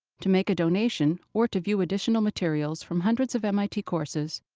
to make a donation or to view additional materials from hundreds of mit courses,